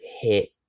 hit